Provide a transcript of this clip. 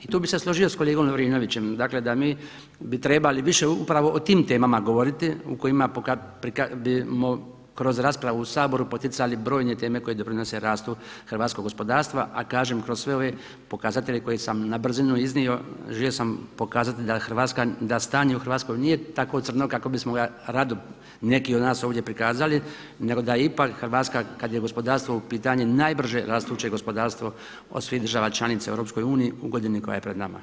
I tu bi se složio sa kolegom Lovrinovićem, mi bi trebali više upravo o tim temama govoriti u kojima bimo kroz raspravu u Saboru poticali brojne teme koje doprinose rastu hrvatskog gospodarstva. a kažem kroz sve ove pokazatelje koje sam na brzinu iznio želio sam pokazati da stanje u Hrvatskoj nije tako crno kako bismo ga rado neki od nas ovdje prikazali, nego da je ipak Hrvatska kada je gospodarstvo u pitanju, najbrže rastuće gospodarstvo od svih država članica u EU u godini koja je pred nama.